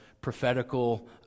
prophetical